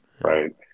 right